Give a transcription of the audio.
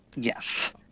Yes